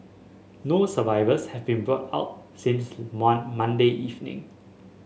no survivors have been brought out since Mon Monday evening